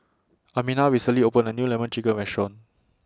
Amina recently opened A New Lemon Chicken Restaurant